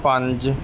ਪੰਜ